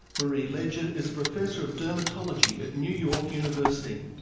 marie leger is a professor of dermatology at new york university.